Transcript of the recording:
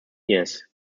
years